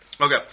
Okay